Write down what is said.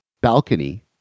balcony